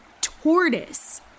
tortoise